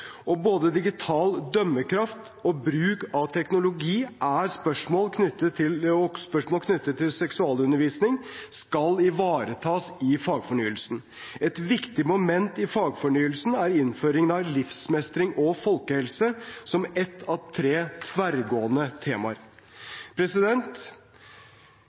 Både digital dømmekraft og bruk av teknologi og spørsmål knyttet til seksualundervisning skal ivaretas i fagfornyelsen. Et viktig moment i fagfornyelsen er innføringen av livsmestring og folkehelse som et av tre tverrgående temaer.